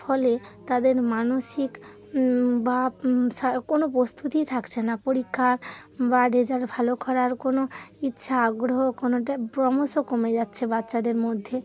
ফলে তাদের মানসিক বা সা কোনো প্রস্তুতিই থাকছে না পরীক্ষা বা রেজাল্ট ভালো করার কোনো ইচ্ছা আগ্রহ কোনোটা ক্রমশ কমে যাচ্ছে বাচ্চাদের মধ্যে